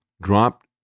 dropped